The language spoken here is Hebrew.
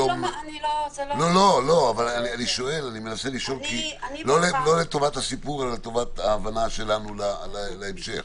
אני מנסה לשאול לטובת ההבנה שלנו להמשך.